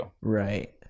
Right